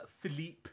Philippe